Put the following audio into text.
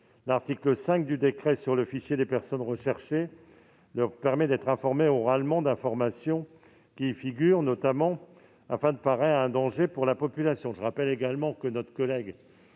l'article 5 du décret sur le fichier des personnes recherchées leur permet d'être informés oralement d'informations qui y figurent, notamment afin de parer à un danger pour la population. Je rappelle également que notre ancien collègue